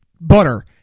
butter